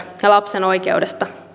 ja lapsen oikeudesta